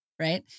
right